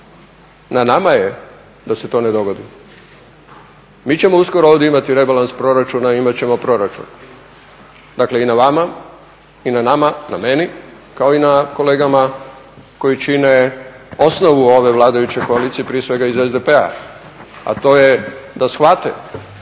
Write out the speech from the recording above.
na nama je da se to ne dogodi. Mi ćemo uskoro ovdje imati rebalans proračuna i imat ćemo proračun. Dakle i na vama i na nama, na meni kao i na kolegama koji čine osnovu ove vladajuće koalicije prije svega iz SDP-a, a to je da shvate